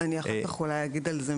אני אחר כך אולי אגיד על זה מילה.